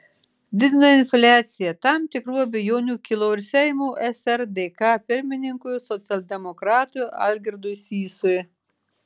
didina infliaciją tam tikrų abejonių kilo ir seimo srdk pirmininkui socialdemokratui algirdui sysui